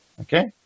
Okay